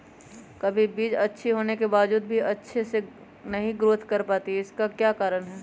कभी बीज अच्छी होने के बावजूद भी अच्छे से नहीं ग्रोथ कर पाती इसका क्या कारण है?